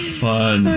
fun